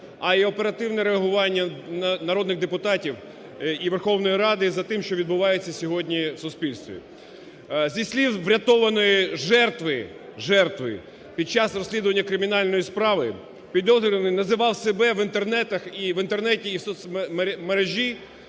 а і оперативне реагування народних депутатів і Верховної Ради за тим, що відбувається сьогодні в суспільстві. Зі слів врятованої жертви, жертви, під час розслідування кримінальної справи підозрюваний називав себе в Інтернеті і в соцмережі